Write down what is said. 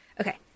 okay